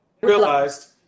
Realized